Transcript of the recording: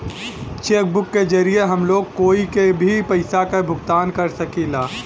check book के जरिये हम लोग कोई के भी पइसा क भुगतान कर सकीला